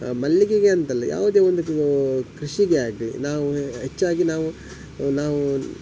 ಮಲ್ಲಿಗೆಗೆ ಅಂತಲ್ಲ ಯಾವುದೇ ಒಂದು ಕೃಷಿಗೆ ಆಗಲಿ ನಾವು ಹೆಚ್ಚಾಗಿ ನಾವು ನಾವು